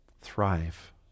thrive